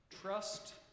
Trust